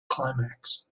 climax